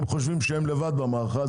הם חושבים שהם לבד במערכה.